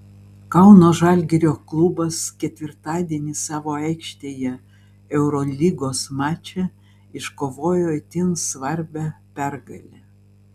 kauno žalgirio klubas ketvirtadienį savo aikštėje eurolygos mače iškovojo itin svarbią pergalę